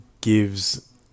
gives